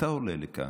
ואתה עולה לכאן,